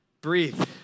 breathe